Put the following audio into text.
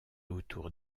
autour